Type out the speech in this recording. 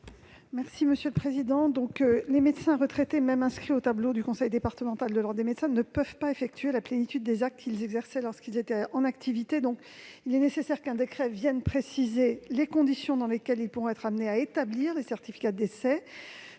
du Gouvernement ? Les médecins retraités, même s'ils sont inscrits au tableau du conseil départemental de l'ordre des médecins, ne peuvent pas effectuer la plénitude des actes qu'ils exerçaient lorsqu'ils étaient en activité. Il est donc nécessaire qu'un décret précise les conditions dans lesquelles ils pourront être amenés à établir les certificats de